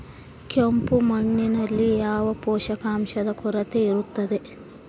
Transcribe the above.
ಕೆಂಪು ಮಣ್ಣಿನಲ್ಲಿ ಯಾವ ಪೋಷಕಾಂಶದ ಕೊರತೆ ಇರುತ್ತದೆ?